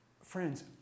Friends